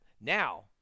now